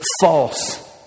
false